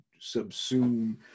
subsume